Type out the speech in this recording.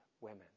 women